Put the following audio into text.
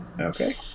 Okay